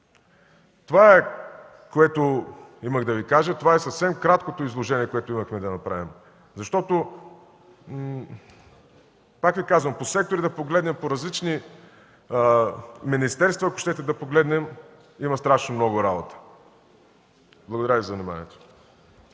Това е, което имах да Ви кажа, това е съвсем краткото изложение, което имахме да направим, защото, пак Ви казвам – по сектори да погледнем, по различни министерства, ако щете, да погледнем, има страшно много работа. Благодаря Ви за вниманието.